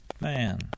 man